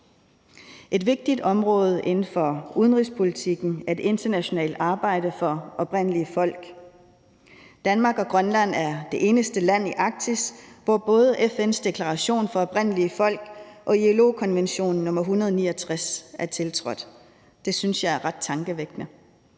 Et vigtigt område inden for udenrigspolitikken er det internationale arbejde for oprindelige folk. Grønland er det eneste land i Arktis, hvor både FN's deklaration for oprindelige folk og ILO-konvention nr. 169 er tiltrådt. Det synes jeg er ret tankevækkende.